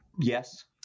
Yes